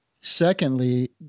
Secondly